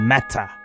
Matter